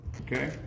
Okay